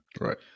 right